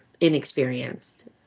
inexperienced